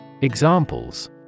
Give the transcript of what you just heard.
Examples